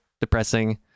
depressing